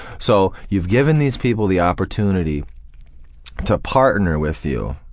so you've given these people the opportunity to partner with you,